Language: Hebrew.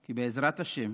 כי בעזרת השם